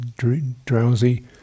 Drowsy